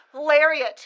Lariat